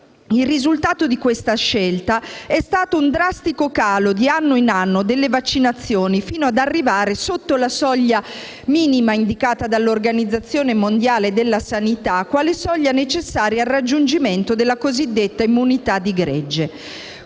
Il risultato di questa scelta è stato un drastico calo di anno in anno delle vaccinazioni, fino ad arrivare sotto la soglia minima indicata dall'Organizzazione mondiale della sanità quale soglia necessaria al raggiungimento della cosiddetta immunità di gregge.